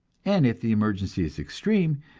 and if the emergency is extreme,